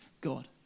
God